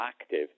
active